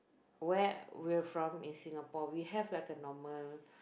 where we're from in Singapore we have like a normal